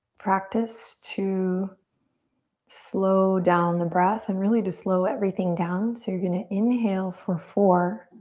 practice to slow down the breath and really to slow everything down. so you're gonna inhale for four.